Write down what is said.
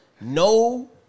no